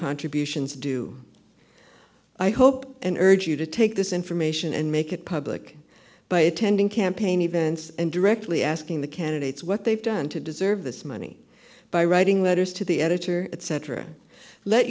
contributions do i hope and urge you to take this information and make it public by attending campaign events and directly asking the candidates what they've done to deserve this money by writing letters to the editor cetera let